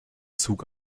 zug